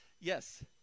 yes